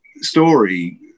story